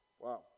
Wow